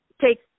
take